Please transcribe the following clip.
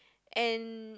and